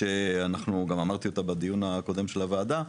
שגם אמרתי אותה בדיון הקודם של הוועדה,